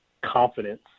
confidence